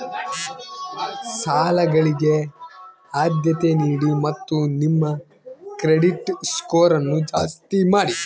ಸಾಲಗಳಿಗೆ ಆದ್ಯತೆ ನೀಡಿ ಮತ್ತು ನಿಮ್ಮ ಕ್ರೆಡಿಟ್ ಸ್ಕೋರನ್ನು ಜಾಸ್ತಿ ಮಾಡಿ